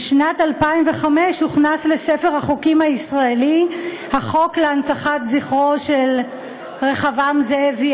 בשנת 2005 הוכנס לספר החוקים הישראלי החוק להנצחת זכרו של רחבעם זאבי,